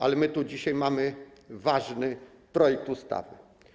Ale my tu dzisiaj mamy ważny projekt ustawy.